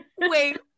Wait